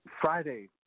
Friday